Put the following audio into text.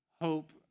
hope